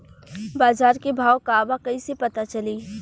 बाजार के भाव का बा कईसे पता चली?